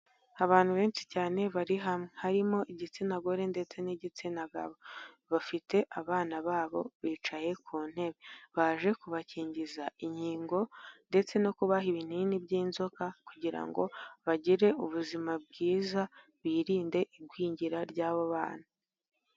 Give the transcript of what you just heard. Abantu benshi cyane bari hamwe harimo igitsina gore ndetse n'igitsina gabo, bafite abana babo bicaye ku ntebe, baje kubakingiza inkingo ndetse no kubaha ibinini by'inzoka kugira ngo bagire ubuzima bwiza, birinde igwingira ry'abo bana.